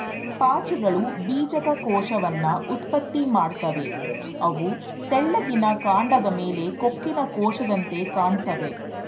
ಪಾಚಿಗಳು ಬೀಜಕ ಕೋಶವನ್ನ ಉತ್ಪತ್ತಿ ಮಾಡ್ತವೆ ಅವು ತೆಳ್ಳಿಗಿನ ಕಾಂಡದ್ ಮೇಲೆ ಕೊಕ್ಕಿನ ಕೋಶದಂತೆ ಕಾಣ್ತಾವೆ